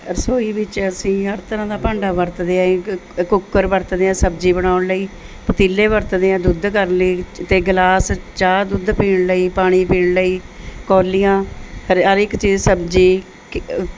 ਰਸੋਈ ਵਿੱਚ ਅਸੀਂ ਹਰ ਤਰ੍ਹਾਂ ਦਾ ਭਾਂਡਾ ਵਰਤਦੇ ਹਾਂ ਇੱਕ ਕੁੱਕਰ ਵਰਤਦੇ ਹਾਂ ਸਬਜ਼ੀ ਬਣਾਉਣ ਲਈ ਪਤੀਲੇ ਵਰਤਦੇ ਹਾਂ ਦੁੱਧ ਕਰਨ ਲਈ ਅਤੇ ਗਲਾਸ ਚਾਹ ਦੁੱਧ ਪੀਣ ਲਈ ਪਾਣੀ ਪੀਣ ਲਈ ਕੌਲੀਆਂ ਹਰ ਹਰ ਇੱਕ ਚੀਜ਼ ਸਬਜ਼ੀ